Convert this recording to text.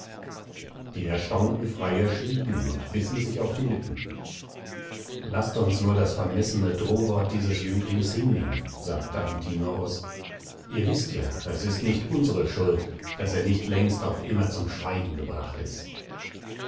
die erstaunten freier schwiegen und bissen sich auf die lippen laßt uns nur das vermessene drohwort dieses jünglings hinnehmen sagte antinoos ihr wißt ja es ist nicht unsere schuld daß er nicht längst auf immer zum schweigen gebracht ist